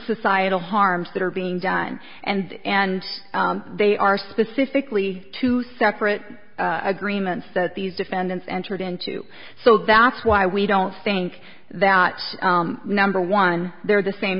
societal harms that are being done and and they are specifically two separate agreements that these defendants entered into so that's why we don't think that number one they're the same